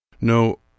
no